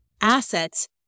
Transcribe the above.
assets